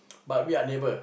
but we are neighbour